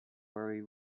worry